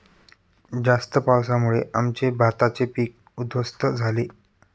जास्त पावसामुळे आमचे भाताचे पीक उध्वस्त झाले